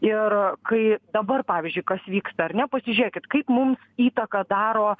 ir kai dabar pavyzdžiui kas vyksta ar ne pasižiūrėkit kaip mums įtaką daro